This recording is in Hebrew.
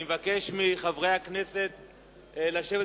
אני אבקש מחברי הכנסת לשבת.